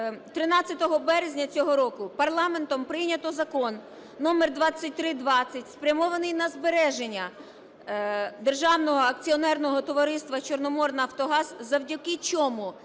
13 березня цього року парламентом прийнято Закон номер 2320 спрямований на збереження Державного акціонерного товариства "Чорноморнафтогаз", завдяки чому